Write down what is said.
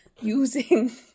using